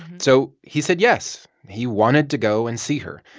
so he said yes. he wanted to go and see her.